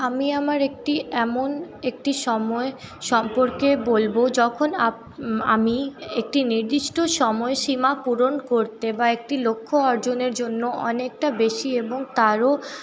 আমি আমার একটি এমন একটি সময় সম্পর্কে বলব যখন আমি একটি নির্দিষ্ট সময়সীমা পূরণ করতে বা একটি লক্ষ্য অর্জনের জন্য অনেকটা বেশি এবং তারও